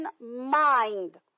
mind